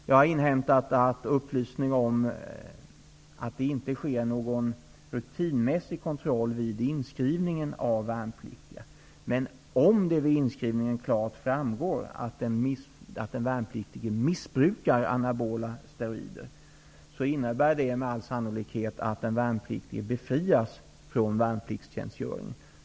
Jag har inhämtat upplysning om att det inte sker någon rutinmässig kontroll vid inskrivningen av värnpliktiga, men om det vid inskrivningen klart framgår att den värnpliktige missbrukar anabola steroider innebär det med all sannolikhet att den värnpliktige befrias från värnpliktstjänstgöring.